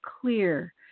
clear